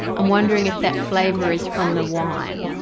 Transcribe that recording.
i'm wondering if that flavor is from the wine?